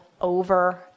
over